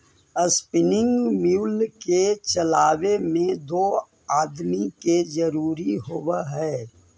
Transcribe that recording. spinning mule के चलावे में दो आदमी के जरुरी होवऽ हई